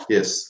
Yes